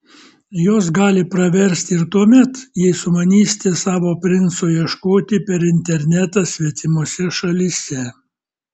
jos gali praversti ir tuomet jei sumanysite savo princo ieškoti per internetą svetimose šalyse